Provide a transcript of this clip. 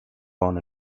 born